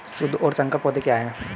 शुद्ध और संकर पौधे क्या हैं?